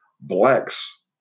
Blacks